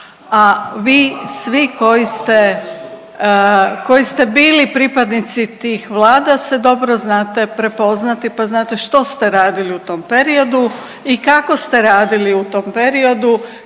koji ste, koji ste bili pripadnici tih vlada se dobro znate prepoznati pa znate što ste radili u tom periodu i kako ste radili u tom periodu.